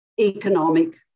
economic